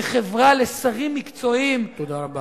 כ"חברה לשרים מקצועיים" תודה רבה.